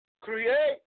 Create